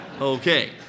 Okay